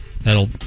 That'll